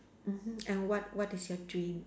mmhmm and what what is your dream